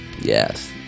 yes